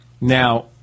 Now